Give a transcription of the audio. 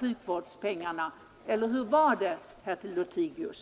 sjukvårdspengarna, eller hur var det, herr Lothigius?